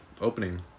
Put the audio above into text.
opening